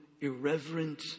irreverent